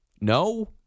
No